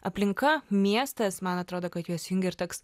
aplinka miestas man atrodo kad juos jungia ir toks